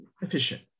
efficient